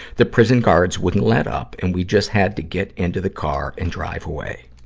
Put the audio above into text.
the prison guards wouldn't let up, and we just had to get into the car and drive away.